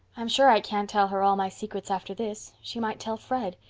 i'm sure i can't tell her all my secrets after this. she might tell fred.